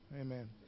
Amen